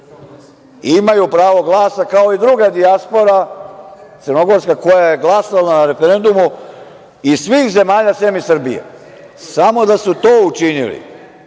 imaju pravo glasa, kao i druga dijaspora crnogorska koja je glasala na referendumu iz svih zemalja, sem iz Srbije. Samo da su to učinili